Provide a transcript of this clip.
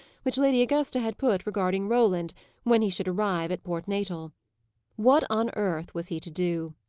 which lady augusta had put regarding roland when he should arrive at port natal what on earth was he to do?